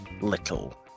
little